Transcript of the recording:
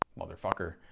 motherfucker